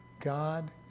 God